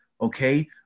okay